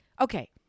Okay